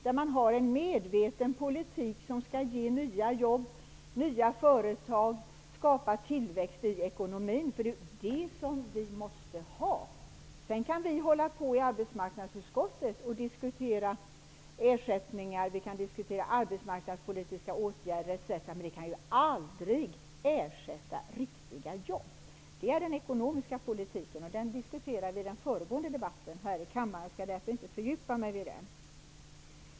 Där finns det en medveten politik som skall ge nya jobb och nya företag och skapa tillväxt i ekonomin. Det är detta vi måste ha. Sedan kan vi i arbetsmarknadsutskottet hålla på och diskutera ersättningar, arbetsmarknadspolitiska åtgärder etc., men det kan ju aldrig ersätta riktiga jobb. Det skall den ekonomiska politiken göra. Den diskuterade vi i den föregående debatten här i kammaren. Jag skall därför inte fördjupa mig i den.